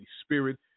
Spirit